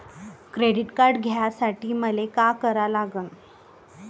Credit card घ्यासाठी मले का करा लागन?